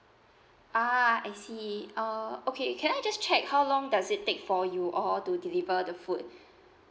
ah I see err okay can I just check how long does it take for you all to deliver the food